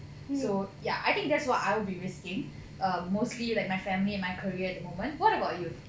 so ya I think that's what I'll be risking err mostly like my family and my career at the moment what about you